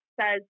says